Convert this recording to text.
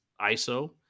ISO